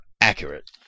accurate